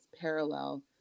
parallel